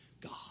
God